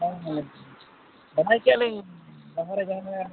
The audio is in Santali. ᱦᱮᱸ ᱦᱮᱸ ᱛᱟᱦᱮᱸ ᱞᱤᱧ ᱡᱟᱦᱟᱸ ᱨᱮ ᱡᱟᱦᱟᱸ ᱨᱮ